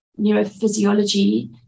neurophysiology